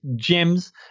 Gems